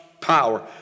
power